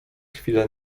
chwile